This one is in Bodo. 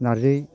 नारजि